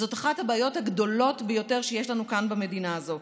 זו אחת הבעיות הגדולות ביותר שיש לנו כאן במדינה הזאת,